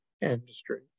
industry